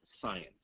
science